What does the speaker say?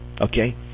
okay